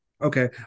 Okay